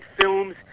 films